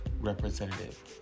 representative